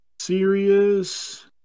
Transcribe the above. Serious